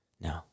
No